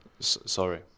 Sorry